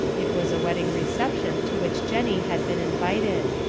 it was a wedding reception to which jennie had been invited.